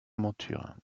monture